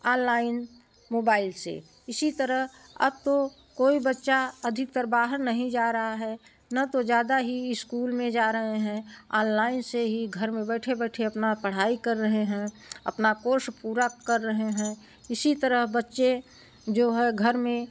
online mobile से इसी तरह अब कोई बच्चा अधिकतर बाहर नहीं जा रहा है ना तो ज़्यादा ही स्कूल में जा रहे हैं आनलाइन से ही घर में बैठे बैठे अपना पढ़ाई कर रहे हैं अपना कोर्स पूरा कर रहे हैं इसी तरह बच्चे जो हैं घर में